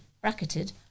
bracketed